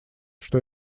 что